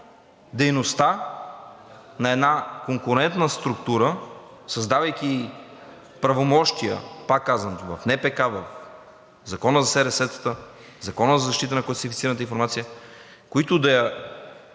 дейността на една конкурентна структура, създавайки ѝ правомощия – пак казвам – в НПК; в Закона за СРС-тата; Закона за защита на квалифицираната информация, които да я